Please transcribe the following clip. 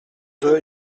deux